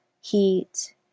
heat